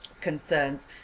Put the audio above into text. concerns